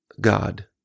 God